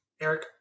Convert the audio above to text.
Eric